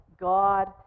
God